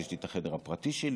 יש לי החדר הפרטי שלי,